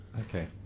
Okay